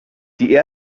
die